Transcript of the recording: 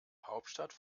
hauptstadt